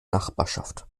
nachbarschaft